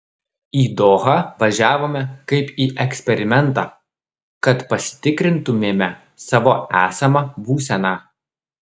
į dohą važiavome kaip į eksperimentą kad pasitikrintumėme savo esamą būseną